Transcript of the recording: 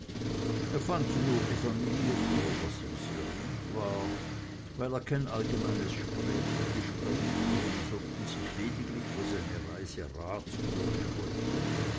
er fand nur die familie vor was ihm sehr lieb war weil er kein allgemeines gespräch führen sondern sich lediglich für seine reise rats erholen wollte